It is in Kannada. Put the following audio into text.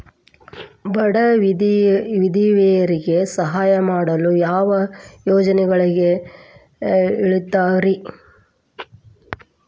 ಬಡ ವಿಧವೆಯರಿಗೆ ಸಹಾಯ ಮಾಡಲು ಯಾವ ಯೋಜನೆಗಳಿದಾವ್ರಿ?